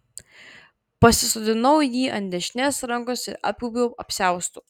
pasisodinau jį ant dešinės rankos ir apgaubiau apsiaustu